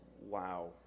Wow